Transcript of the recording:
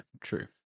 true